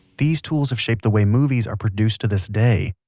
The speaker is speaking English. these tools have shaped the way movies are produced to this day.